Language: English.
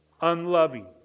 Unloving